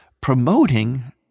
promoting